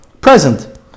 present